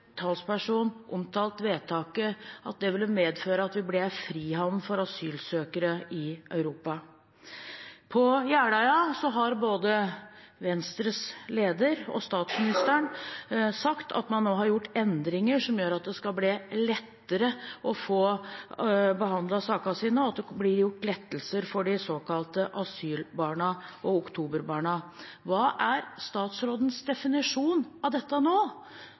talsperson sagt om vedtaket at det ville medføre at vi ble en frihavn for asylsøkere i Europa. På Jeløya har både Venstres leder og statsministeren sagt at man nå har gjort endringer som gjør at det skal bli lettere å få behandlet sakene sine, og at det blir gjort lettelser for de såkalte asylbarna og oktoberbarna. Hva er statsrådens definisjon av dette nå?